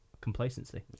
Complacency